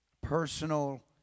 personal